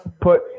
put